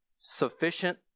Sufficient